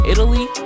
Italy